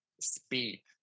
speed